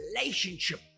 relationship